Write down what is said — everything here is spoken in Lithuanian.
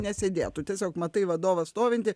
nesėdėtų tiesiog matai vadovą stovintį